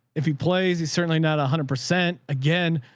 if he plays, he's certainly not a hundred percent. again,